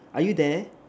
are you there